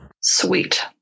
Sweet